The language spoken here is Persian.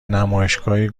نمایشگاهی